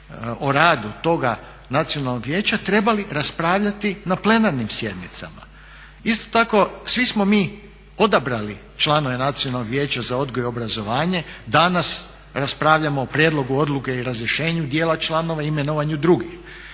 o radu toga Nacionalnog vijeća trebali raspravljati na plenarnim sjednicama. Isto tako svi smo mi odabrali članove Nacionalnog vijeća za odgoj i obrazovanje, danas raspravljamo o prijedlogu odluke i razrješenju djela članova i imenovanju drugih